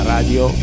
Radio